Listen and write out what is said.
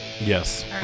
yes